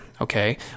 okay